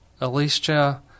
Alicia